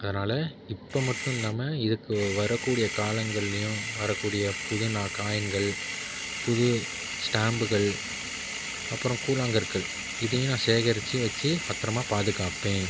அதனால் இப்போ மட்டும் இல்லாமல் இதுக்கு வரக்கூடிய காலங்கள்லேயும் வரக்கூடிய புது நா காயின்கள் புது ஸ்டாம்புகள் அப்புறம் கூழாங்கற்கள் இதையும் நான் சேகரித்து வெச்சு பத்திரமா பாதுகாப்பேன்